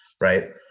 right